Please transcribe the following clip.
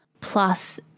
plus